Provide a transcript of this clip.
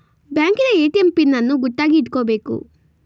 ಬ್ಯಾಂಕಿನ ATM pin ಅನ್ನು ಗುಟ್ಟಾಗಿ ಇಟ್ಕೊಬೇಕು